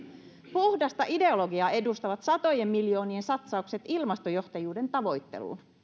puhdasta ideologiaa edustavat satojen miljoonien satsaukset ilmastojohtajuuden tavoitteluun